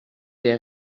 der